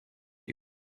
you